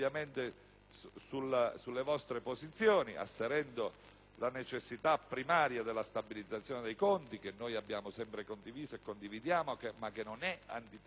sulle vostre posizioni, asserendo la necessità primaria della stabilizzazione dei conti, che noi abbiamo sempre condiviso e che condividiamo, ma che non è antitetica